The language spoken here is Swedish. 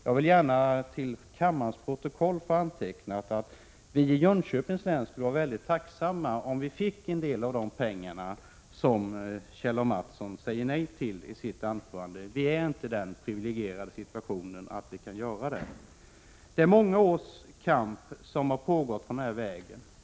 Jag vill gärna till kammarens protokoll få antecknat att vi i Jönköpings län skulle vara väldigt tacksamma om vi fick en del av dessa pengar som Kjell A. Mattsson säger nej till i sitt anförande. Vi är inte i den privilegierade situationen att vi kan göra det. Kampen för denna väg har pågått många år.